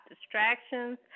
distractions